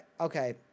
Okay